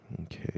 Okay